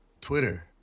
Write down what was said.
Twitter